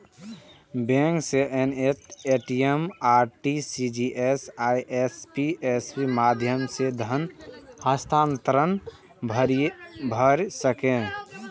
bank सं NEFT, RTGS, IMPS के माध्यम सं धन हस्तांतरण भए सकैए